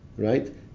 Right